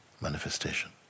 manifestation